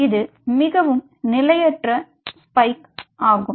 இது மிகவும் நிலையற்ற ஸ்பைக் ஆகும்